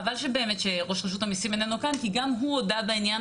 חבל שראש רשות המיסים איננו כאן כי גם הוא הודה בעניין